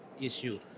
issue